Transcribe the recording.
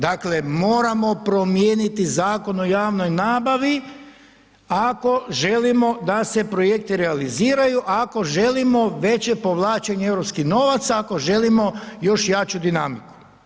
Dakle, moramo promijeniti Zakon o javnoj nabavi ako želimo da se projekti realiziraju, ako želimo veće povlačenje europskih novaca, ako želimo još jaču dinamiku.